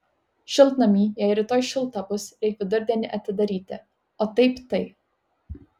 šiltnamį jei rytoj šilta bus reik vidurdienį atidaryti o taip tai